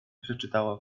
przeczytała